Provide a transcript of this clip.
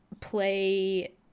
play